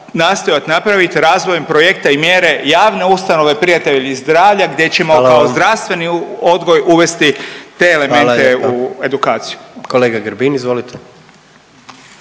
nastojati napraviti razvojem projekta i mjere javne ustanove prijatelji zdravlja gdje ćemo kao …/Upadica: Hvala vam./… zdravstveni odgoj uvesti te elemente u edukaciju. **Jandroković,